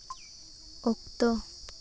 ᱚᱠᱛᱚ